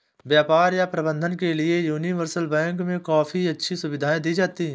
व्यापार या प्रबन्धन के लिये यूनिवर्सल बैंक मे काफी अच्छी सुविधायें दी जाती हैं